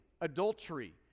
adultery